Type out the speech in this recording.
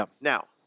Now